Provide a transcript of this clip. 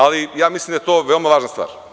Ali, ja mislim da je to veoma važna stvar.